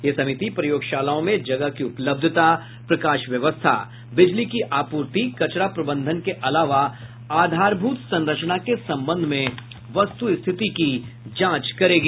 यह समिति प्रयोगशालाओं में जगह की उपलब्धता प्रकाश व्यवस्था बिजली की आपूर्ति कचरा प्रबंधन के अलावा आधारभूत संरचना के संबंध में वस्तु स्थिति की जांच करेगी